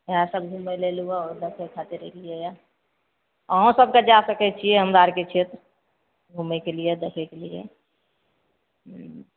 इहए सब घुमै ले अयलहुॅं आ देखै खातिर अयलियैया अहूँ सब जा सकै छियै हमरा आरके क्षेत्र घुमैके लिए देखैके लिए हूँ